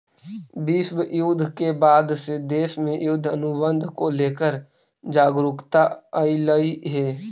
विश्व युद्ध के बाद से देश में युद्ध अनुबंध को लेकर जागरूकता अइलइ हे